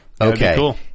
Okay